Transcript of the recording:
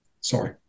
sorry